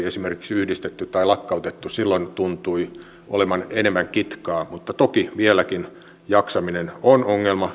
esimerkiksi yhdistetty ja lakkautettu silloin tuntui olevan enemmän kitkaa mutta toki vieläkin jaksaminen on ongelma